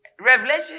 Revelation